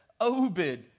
Obed